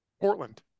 Portland